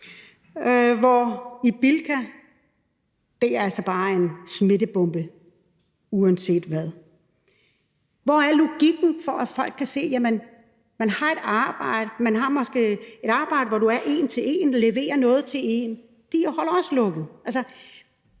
Bilka er en smittebombe uanset hvad. Hvor er logikken, så folk kan se det? Du har et arbejde, hvor du er en til en og leverer noget til en. De holder også lukket.